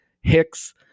Hicks